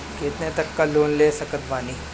कितना तक लोन ले सकत बानी?